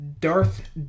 Darth